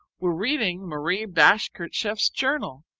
we're reading marie bashkirtseff's journal.